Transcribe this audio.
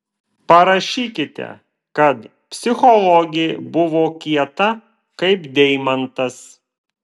parašykite kad psichologė buvo kieta kaip deimantas